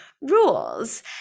rules